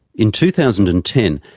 in two thousand and ten,